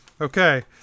Okay